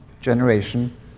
generation